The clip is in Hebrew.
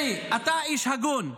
אלי, אתה איש הגון.